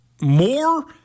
more